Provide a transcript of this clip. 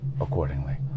accordingly